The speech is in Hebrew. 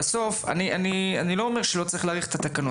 אני לא אומר שלא צריך להאריך את התקנות